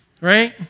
Right